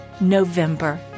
November